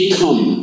come